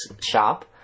shop